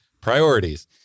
Priorities